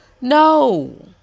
no